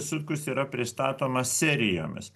sutkus yra pristatomas serijomis